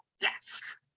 Yes